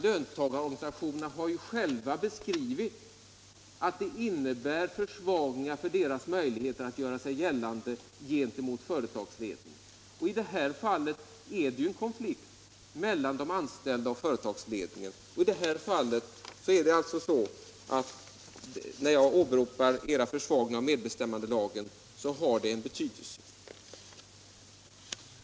Löntagarorganisationerna har själva sagt att det innebär en försvagning av deras möjligheter att göra sig gällande gentemot företagsledningen. I det här fallet är det ju en konflikt mellan de anställda och företagsledningen, och här har alltså den försvagning av lagen som jag åberopat betydelse.